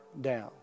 down